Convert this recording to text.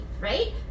right